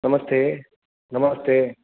नमस्ते नमस्ते